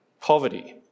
poverty